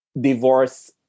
divorce